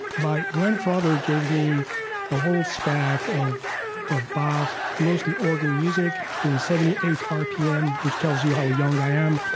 my grandfather gave me a whole stack of of bach's mostly organ music in seventy eight rpm, which tells you how young i am.